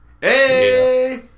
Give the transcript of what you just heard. Hey